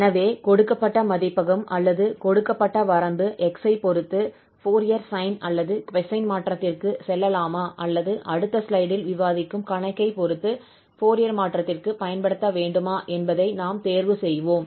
எனவே கொடுக்கப்பட்ட மதிப்பகம் அல்லது கொடுக்கப்பட்ட வரம்பு x ஐ பொறுத்து ஃபோரியர் சைன் அல்லது கொசைன் மாற்றத்திற்க்குச் செல்லலாமா அல்லது அடுத்த ஸ்லைடில் விவாதிக்கும் கணக்கைப் பொறுத்து ஃபோரியர் மாற்றத்திற்க்குப் பயன்படுத்த வேண்டுமா என்பதை நாம் தேர்வு செய்வோம்